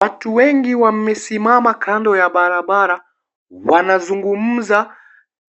Watu wengi wamesimama kando ya barabara wanazungumza.